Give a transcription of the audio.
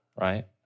right